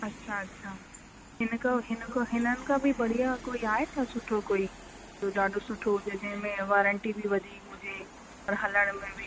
अछा अछा हिनखां हिनखां हिननि खां बि बढ़िया कोई आहे छा सुठो कोई जो ॾाढो सुठो हुजे जंहिंमें वारंटी बि वधीक हुजे हलण में बि